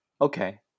Okay